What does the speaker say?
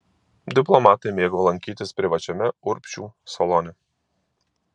diplomatai mėgo lankytis privačiame urbšių salone